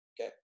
Okay